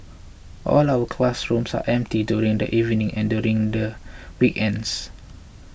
all our school classrooms are empty during the evenings and during the weekends